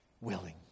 willing